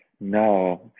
No